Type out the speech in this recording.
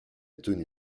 tenue